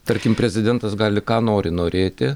tarkim prezidentas gali ką nori norėti